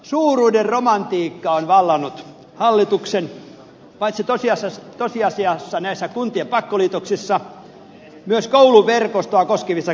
suuruuden romantiikka on vallannut hallituksen paitsi tosiasiassa näissä kuntien pakkoliitoksissa myös kouluverkostoa koskevissa kysymyksissä